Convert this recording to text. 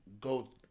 go